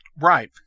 Right